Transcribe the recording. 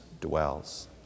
dwells